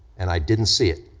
and i didn't see it.